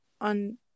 on